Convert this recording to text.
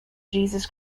jesus